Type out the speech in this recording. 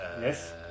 Yes